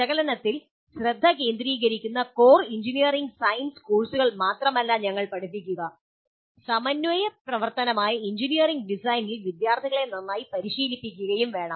വിശകലനത്തിൽ ശ്രദ്ധ കേന്ദ്രീകരിക്കുന്ന കോർ എഞ്ചിനീയറിംഗ് സയൻസ് കോഴ്സുകൾ മാത്രമല്ല ഞങ്ങൾ പഠിപ്പിക്കുക സമന്വയ പ്രവർത്തനമായ എഞ്ചിനീയറിംഗ് ഡിസൈനിൽ വിദ്യാർത്ഥികളെ നന്നായി പരിശീലിപ്പിക്കുകയും വേണം